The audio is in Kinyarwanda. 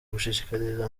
gushishikariza